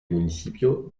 municipio